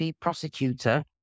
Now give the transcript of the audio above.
prosecutor